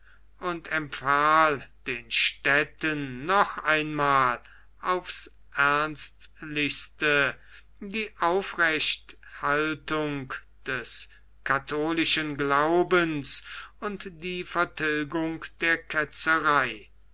und empfahl den ständen noch einmal aufs ernstlichste die aufrechthaltung des katholischen glaubens und die vertilgung der ketzerei